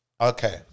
Okay